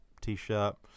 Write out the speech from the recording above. t-shirt